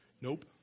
Nope